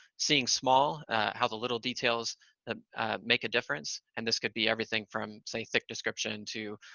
seeing small how the little details make a difference, and this could be everything from, say, thick description to